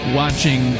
watching